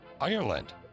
Ireland